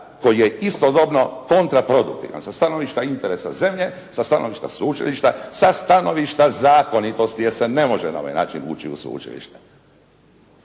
koji je istodobno fond za produktivnost sa stanovišta interesa zemlje, sa stanovišta sveučilišta, sa stanovišta zakonitosti, jer se ne može na ovaj način ući u sveučilište.